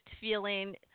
feeling